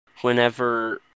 whenever